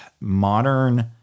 modern